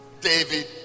David